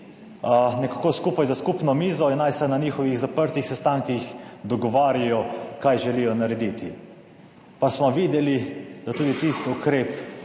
nekako skupaj za skupno mizo in naj se na njihovih zaprtih sestankih dogovarjajo kaj želijo narediti. Pa smo videli, da tudi tisti ukrep